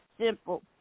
simple